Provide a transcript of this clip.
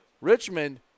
Richmond